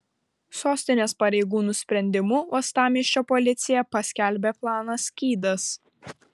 sostinės pareigūnų sprendimu uostamiesčio policija paskelbė planą skydas